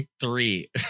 Three